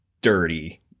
dirty